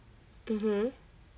mmhmm